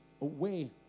away